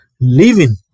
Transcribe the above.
living